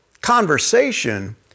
conversation